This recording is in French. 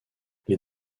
les